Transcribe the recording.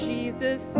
Jesus